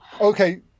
okay